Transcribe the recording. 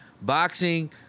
boxing